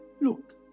Look